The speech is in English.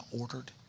ordered